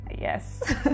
yes